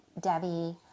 Debbie